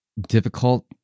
difficult